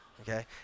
okay